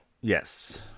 Yes